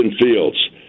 Fields